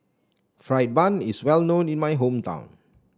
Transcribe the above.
fry bun is well known in my hometown